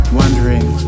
wondering